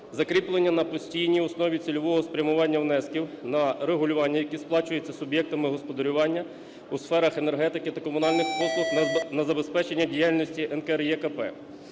закріплення на постійній основі цільового спрямування внесків на регулювання, які сплачуються суб'єктами господарювання у сферах енергетики та комунальних послуг на забезпечення діяльності НКРЕКП.